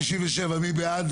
157, מי בעד?